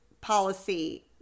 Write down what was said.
policy